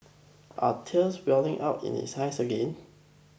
are tears welling up in his eyes again